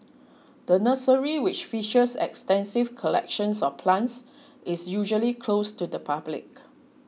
the nursery which features extensive collections of plants is usually closed to the public